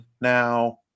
now